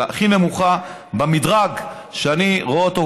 אלא הכי נמוכה במדרג שאני רואה אותו,